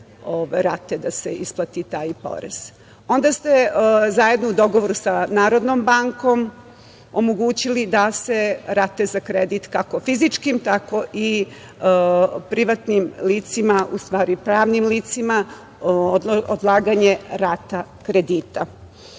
da se isplati taj porez. Onda ste zajedno u dogovoru sa Narodnom bankom omogućili da se rate za kredit kako fizičkim tako i privatnim licima, u stvari pravnim licima odlaganje rata kredita. Sada